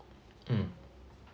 mm